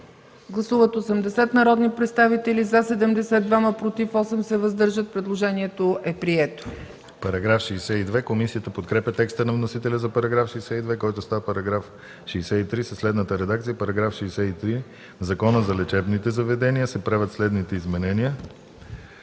Гласували 80 народни представители: за 70, против 2, въздържали се 8. Предложението е прието.